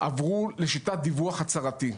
עברו לשיטת דיווח הצהרתי,